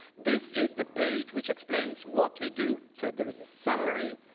this is the page which explains what we do, so there is a summary,